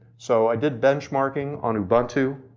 so i did benchmarking on ubuntu,